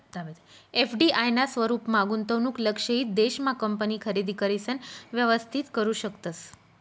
FDI ना स्वरूपमा गुंतवणूक लक्षयित देश मा कंपनी खरेदी करिसन व्यवस्थित करू शकतस